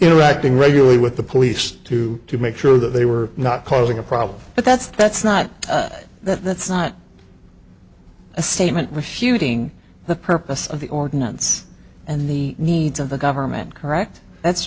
interacting regularly with the police to make sure that they were not causing a problem but that's that's not that's not a statement refuting the purpose of the ordinance and the needs of the government correct that's